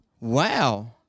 Wow